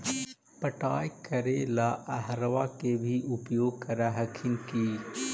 पटाय करे ला अहर्बा के भी उपयोग कर हखिन की?